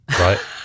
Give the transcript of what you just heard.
right